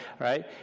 right